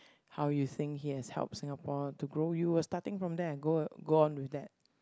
how you think he has help Singapore to grow you were starting from there go go on with that